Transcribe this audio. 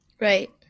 Right